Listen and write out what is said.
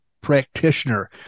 practitioner